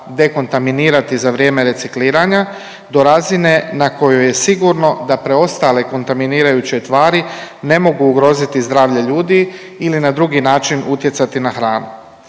dekontaminirati za vrijeme recikliranja do razine na kojoj je sigurno da preostale kontaminirajuće tvari ne mogu ugroziti zdravlje ljudi ili na drugi način utjecati na hranu.